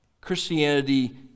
Christianity